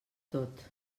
tot